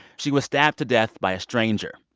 she was stabbed to death by a stranger.